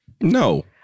no